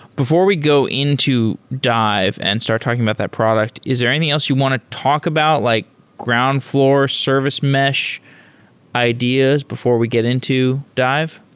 before we go into dive and start talking about that product, is there anything else you want to talk about, like ground fl oor service mesh ideas before we get into dive?